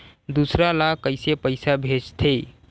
दूसरा ला कइसे पईसा भेजथे?